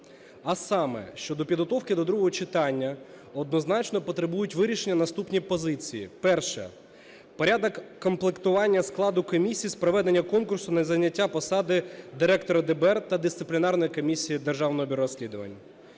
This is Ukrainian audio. а саме, щодо підготовки до другого читання однозначно потребують вирішення наступні позиції. Перше. Порядок комплектування складу комісії з проведення конкурсу на зайняття посади директора ДБР та Дисциплінарної комісії Державного бюро розслідувань.